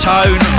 Tone